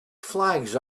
flags